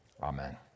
Amen